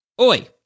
Oi